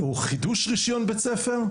או חידוש רישיון בית ספר,